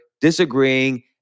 disagreeing